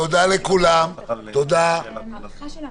תודה, תודה לכולם.